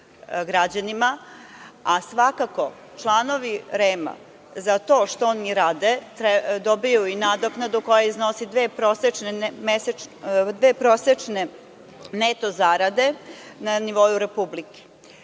građanima, a svakako članovi REM za to što oni rade dobijaju i nadoknadu koja iznosi dve prosečne neto zarade na nivou Republike.